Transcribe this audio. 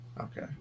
Okay